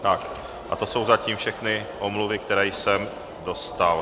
A to jsou zatím všechny omluvy, které jsem dostal.